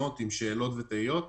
שיאמצו פתרונות